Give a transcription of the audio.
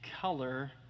color